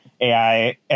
AI